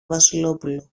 βασιλόπουλο